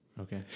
Okay